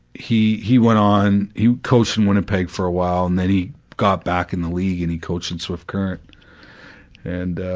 he, he went on, he coached in winnipeg for a while, and then he got back in the league and he coached in swift current and, ah,